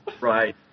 Right